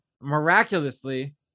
miraculously